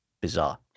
bizarre